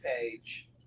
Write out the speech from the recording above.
page